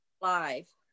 Live